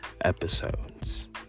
episodes